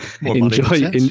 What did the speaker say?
Enjoy